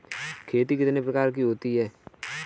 खेती कितने प्रकार की होती है?